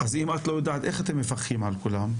אז אם את לא יודעת איך אתם מפקחים על כולם?